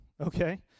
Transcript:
okay